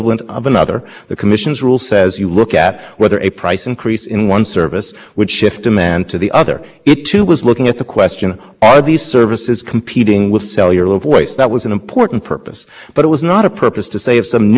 services competing with sell your low voice that was an important purpose but it was not a purpose to save some new network comes into being you can sell it on to the existing network and call it one network and impose common carriage on it the reason congress said the public switch